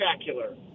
spectacular